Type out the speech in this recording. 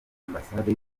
ambasade